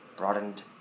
Broadened